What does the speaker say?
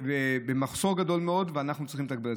במחסור גדול מאוד, ואנחנו צריכים לתגבר.